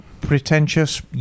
pretentious